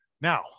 Now